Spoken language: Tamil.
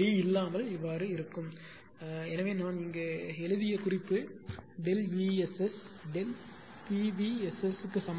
டி இல்லாமல் யோசனை எனவே நான் இங்கு எழுதிய குறிப்பு ΔE SS Δ〖P v〗SS சமம்